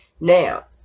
Now